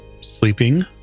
sleeping